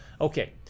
Okay